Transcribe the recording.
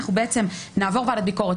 אנחנו בעצם נעבור ועדת ביקורת,